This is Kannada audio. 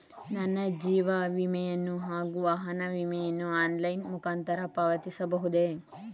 ನನ್ನ ಜೀವ ವಿಮೆಯನ್ನು ಹಾಗೂ ವಾಹನ ವಿಮೆಯನ್ನು ಆನ್ಲೈನ್ ಮುಖಾಂತರ ಪಾವತಿಸಬಹುದೇ?